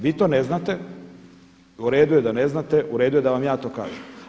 Vi to ne znate i u redu je da ne znate i u redu je da vam ja to kažem.